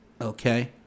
Okay